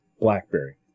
BlackBerry